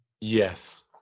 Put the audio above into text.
Yes